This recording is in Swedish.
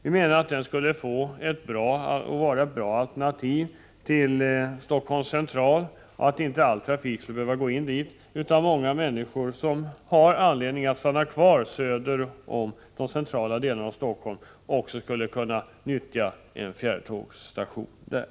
Vi menar att den skulle vara ett bra alternativ till Stockholms central, all trafik skulle inte behöva gå in dit. Många människor som har anledning att stanna kvar söder om de centrala delarna av Stockholm skulle kunna nyttja en fjärrtågsstation där.